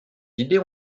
idées